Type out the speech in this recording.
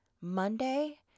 Monday